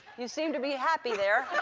you seem to be happy there.